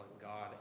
God